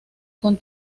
con